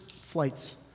flights